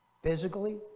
Physically